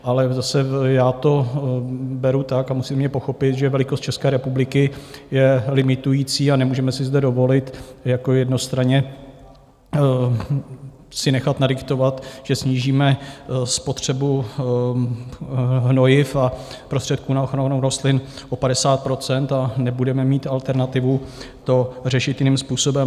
Ale zase já to beru tak a musíte mě pochopit že velikost České republiky je limitující a nemůžeme si zde dovolit jednostranně si nechat nadiktovat, že snížíme spotřebu hnojiv a prostředků na ochranu rostlin o 50 %, a nebudeme mít alternativu to řešit jiným způsobem.